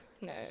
no